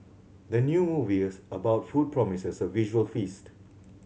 the new movie about food promises a visual feast